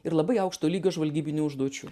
ir labai aukšto lygio žvalgybinių užduočių